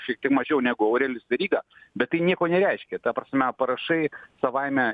šiek tiek mažiau negu aurelijus veryga bet tai nieko nereiškia ta prasme parašai savaime